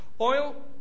Oil